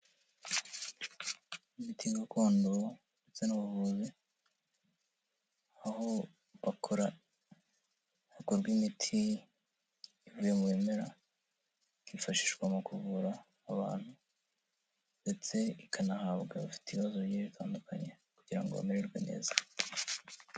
Imiti gakondo ndetse n'abavuzi aho bakora hakorwa imiti ivuye mu bimera ikifashishwa mu kuvura abantu ndetse ikanahabwa abafite ibibazo bitandukanye kugira ngo bamererwe neza.